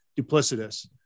duplicitous